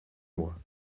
moi